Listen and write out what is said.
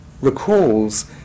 recalls